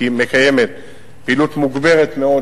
מקיימת פעילות מוגברת מאוד,